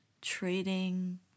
trading